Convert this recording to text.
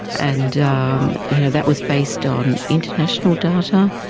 and um you know that was based on international data,